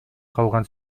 калган